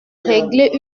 régler